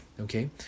okay